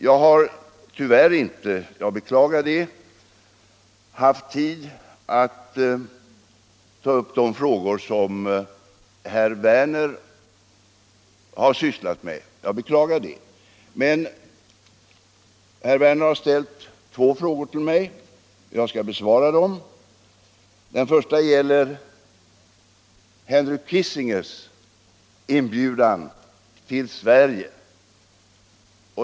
Jag har tyvärr inte hittills haft tid att ta upp de frågor som herr Werner i Tyresö berörde. Jag beklagar det. Herr Werner har ställt två frågor till mig, och jag skall besvara dem. Den första frågan gällde vår inbjudan av Henry Kissinger till Sverige.